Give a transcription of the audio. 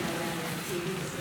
הכנסת מושיאשוילי.